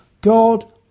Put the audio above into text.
God